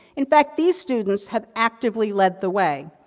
in fact, these students have actively led the way.